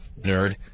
Nerd